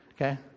Okay